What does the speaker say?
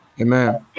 Amen